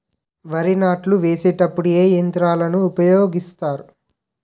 వరి నాట్లు వేసేటప్పుడు ఏ యంత్రాలను ఉపయోగిస్తారు?